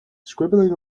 scribbling